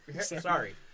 Sorry